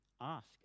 ask